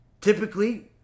Typically